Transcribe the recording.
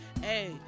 hey